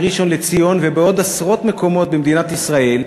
בראשון-לציון ובעוד עשרות מקומות במדינת ישראל.